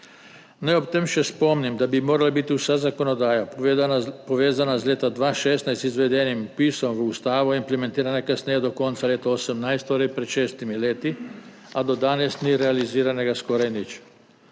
Naj ob tem še spomnim, da bi morala biti vsa zakonodaja, povezana z leta 2016 izvedenim vpisom v ustavo, implementirana najkasneje do konca leta 2018, torej pred šestimi leti, a do danes ni realiziranega skoraj nič.